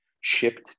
shipped